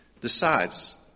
decides